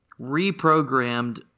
reprogrammed